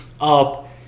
up